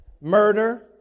murder